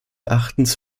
erachtens